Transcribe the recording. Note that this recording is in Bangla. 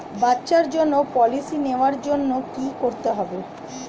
বাচ্চার জন্য পলিসি নেওয়ার জন্য কি করতে হবে?